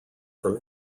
from